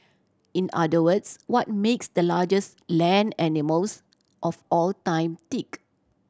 in other words what makes the largest land animals of all time tick